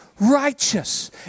righteous